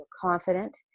confident